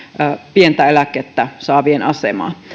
pientä eläkettä saavien